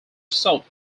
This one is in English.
sought